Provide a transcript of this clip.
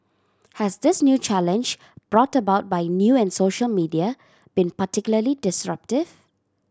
has this new challenge brought about by new and social media been particularly disruptive